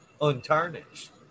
Untarnished